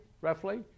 roughly